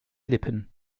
lippen